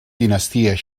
dinasties